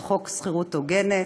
את חוק שכירות הוגנת.